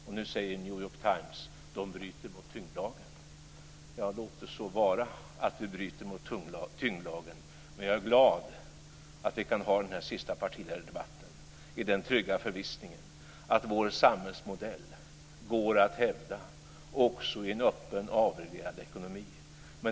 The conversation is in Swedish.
Och nu säger New York Times: De bryter mot tyngdlagen. Låt det så vara, att vi bryter mot tyngdlagen, men jag är glad att vi kan ha denna sista partiledardebatt i den trygga förvissningen att vår samhällsmodell går att hävda också i en öppen, avreglerad ekonomi.